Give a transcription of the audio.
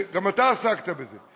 גם אתה עסקת בזה,